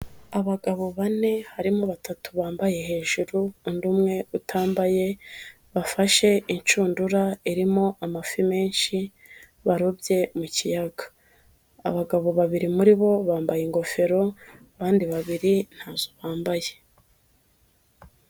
Abagabo bane, harimo batatu bambaye hejuru, undi umwe utambaye, bafashe inshundura irimo amafi menshi barobye mu kiyaga, abagabo babiri muri bo bambaye ingofero, abandi babiri ntazo bambaye.